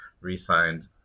re-signed